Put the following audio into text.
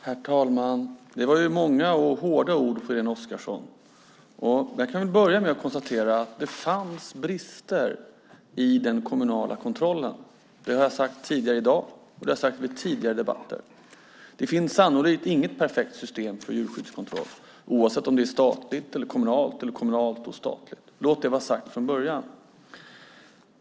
Herr talman! Det var många och hårda ord från Irene Oskarsson. Jag börjar med att konstatera att det fanns brister i den kommunala kontrollen. Det har jag sagt tidigare i dag och i tidigare debatter. Det finns sannolikt inget perfekt system för djurskyddskontroll, oavsett om det är statligt, kommunalt eller kommunalt och statligt. Låt det vara sagt från början.